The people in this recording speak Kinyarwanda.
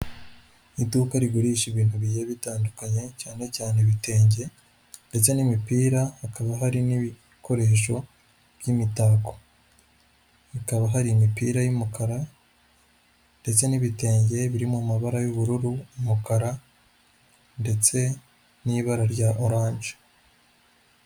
Iduka rigurisha ibintu bijyiye bitandukanye cyane cyane ibitenge ndetse n'imipira, hakaba hari n'ibikoresho by'imitako, hakaba har’imipira y’umukara, ndetse n'ibitenge birimo amabara y'ubururu n’umukara ndetse n'ibara rya orange.